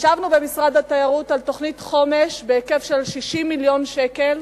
ישבנו במשרד התיירות על תוכנית חומש בהיקף של 60 מיליון שקלים,